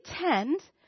tend